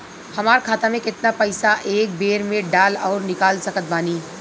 हमार खाता मे केतना पईसा एक बेर मे डाल आऊर निकाल सकत बानी?